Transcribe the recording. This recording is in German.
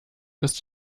ist